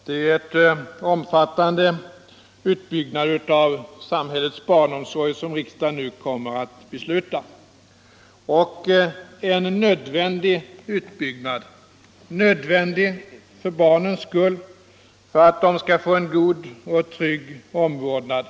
Herr talman! Det är en omfattande utbyggnad av samhällets barnomsorg som vi nu kommer att besluta om - en nödvändig utbyggnad, nödvändig för barnens skull för att de skall få god och trygg omvårdnad.